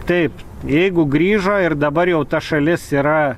taip jeigu grįžo ir dabar jau ta šalis yra